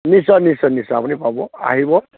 নিশ্চয় নিশ্চয় নিশ্চয় আপুনি পাব আহিব